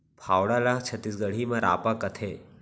फावड़ा ल छत्तीसगढ़ी म रॉंपा कथें